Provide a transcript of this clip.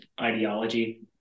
ideology